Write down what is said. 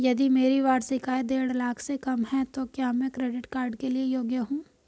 यदि मेरी वार्षिक आय देढ़ लाख से कम है तो क्या मैं क्रेडिट कार्ड के लिए योग्य हूँ?